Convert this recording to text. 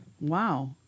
Wow